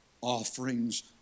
offerings